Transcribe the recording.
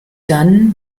dann